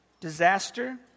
disaster